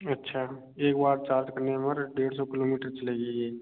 अच्छा एक बार चार्ज करने पर डेढ़ सौ किलोमीटर चलेगी ये